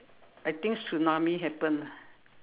I think tsunami happened ah